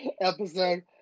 episode